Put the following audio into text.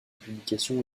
publication